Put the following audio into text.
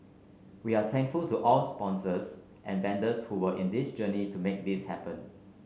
we are thankful to all our sponsors and vendors who were in this journey to make this happen